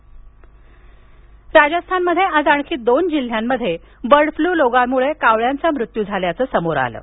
Rajasthan bird flu राजस्थानमध्ये आज आणखी दोन जिल्ह्यांमध्ये बर्ड फ्ल्यू रोगामुळे कावळ्यांचा मृत्यू झाल्याचं समोर आलं आहे